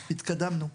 התקדמנו.